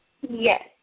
Yes